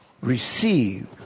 receive